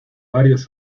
varios